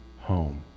home